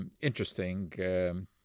interesting